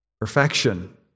perfection